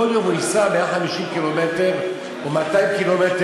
כל יום הוא ייסע 150 קילומטר או 200 קילומטר,